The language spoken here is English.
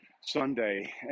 sunday